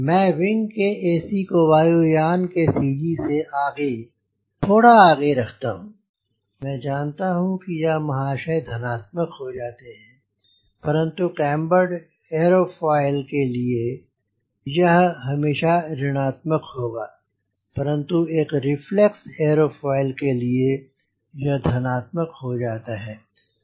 मैं विंग के a c को वायु यान के सी जी से आगे थोड़ा आगे रखता हूँ मैं जनता हूँ कि यह महाशय धनात्मक हो जाते हैं परन्तु कैम्बर्ड एरोफोइल के लिए यह यह हमेशा ऋणात्मक होगा परन्तु एक रिफ्लेक्स एरोफोइल के लिए यह धनात्मक हो जाता है